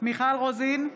מיכל רוזין,